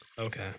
Okay